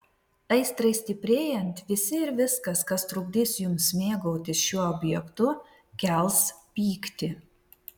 aistrai stiprėjant visi ir viskas kas trukdys jums mėgautis šiuo objektu kels pyktį